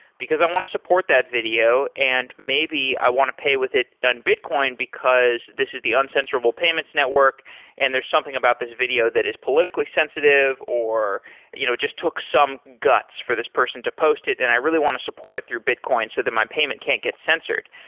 because i want to support that video and maybe i want to pay with it on bitcion, because this is the uncentrable payments network and there's something about this video that is politically sensitive or you know just took some guts for this person to post it, and i really want to support it through bitcoin so that my payment can't get censored.